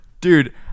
Dude